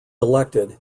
elected